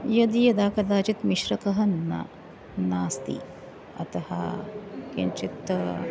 यदि यदा कदाचित् मिश्रकः न नास्ति अतः किञ्चित्